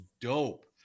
dope